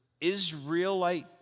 Israelite